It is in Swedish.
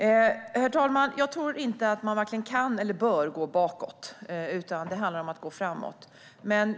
Herr talman! Jag tror inte att man vare sig kan eller bör gå bakåt, utan det handlar om att gå framåt.